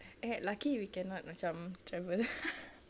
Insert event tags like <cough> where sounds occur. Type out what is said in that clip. !aiya! lucky we cannot macam travel <laughs>